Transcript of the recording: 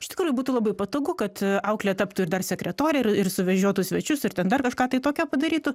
iš tikrųjų būtų labai patogu kad auklė taptų ir dar sekretorė ir ir suvežiotų svečius ir ten dar kažką tai tokio padarytų